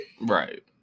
Right